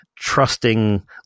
trusting